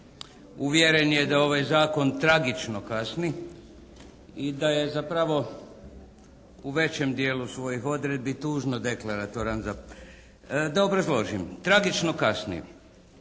uvjeren je da ovaj Zakon tragično kasni i da je zapravo u većem dijelu svojih odredbi tužno deklaratoran. Da obrazložim. Tragično kasni.